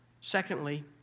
Secondly